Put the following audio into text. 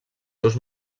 seus